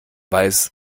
weiß